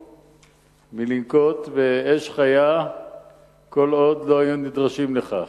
מלנקוט אש חיה כל עוד לא נדרשו לכך.